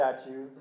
statue